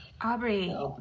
Aubrey